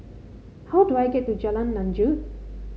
how do I get to Jalan Lanjut